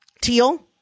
Teal